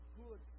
good